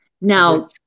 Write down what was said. Now